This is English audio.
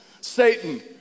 Satan